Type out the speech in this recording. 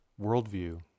worldview